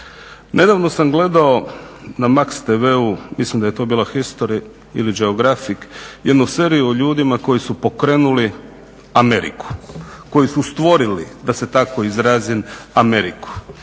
Nedavno sam gledao na MAX-TV-u mislim da je to bila History ili Geografic jednu seriju o ljudima koji su pokrenuli Ameriku, koji su stvorili da se tako izrazim Ameriku.